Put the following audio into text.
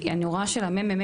אני רואה של- << אחרי_כן >> (אחרי כן הוועדה המיוחדת לענייני הצעירים)